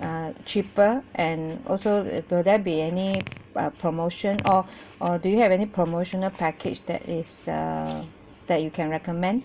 uh cheaper and also if will there be any uh promotion or or do you have any promotional package that is err that you can recommend